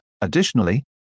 Additionally